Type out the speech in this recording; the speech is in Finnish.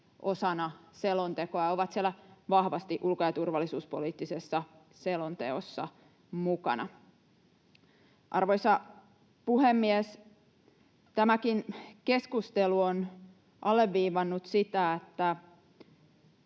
osana selontekoa ja ovat vahvasti ulko- ja turvallisuuspoliittisessa selonteossa mukana. Arvoisa puhemies! Tämäkin keskustelu on alleviivannut sitä, että